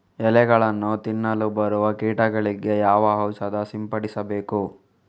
ಎಲೆಗಳನ್ನು ತಿನ್ನಲು ಬರುವ ಕೀಟಗಳಿಗೆ ಯಾವ ಔಷಧ ಸಿಂಪಡಿಸಬೇಕು?